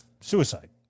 Suicide